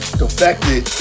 defected